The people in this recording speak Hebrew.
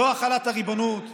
לא החלת הריבונות.